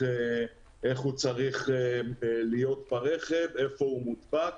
איך הוא צריך להיות ברכב, איפה הוא מודבק.